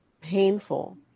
painful